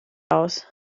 aus